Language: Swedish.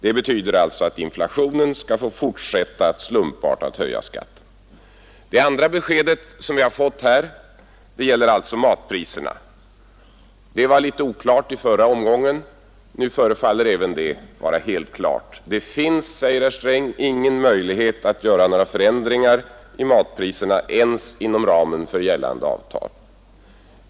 Det betyder alltså att inflationen skall få fortsätta att slumpartat höja skatten. Det andra besked vi har fått här gäller matpriserna. Det var litet oklart i förra omgången — nu förefaller även det vara helt klart: Det finns, säger herr Sträng, ingen möjlighet att vidta några förändringar av matpriserna ens inom ramen för gällande avtal.